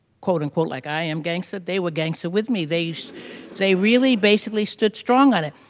quote-unquote like i am gangster, they were gangster with me. they so they really basically stood strong on it.